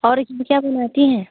और क्या क्या बनाती हैं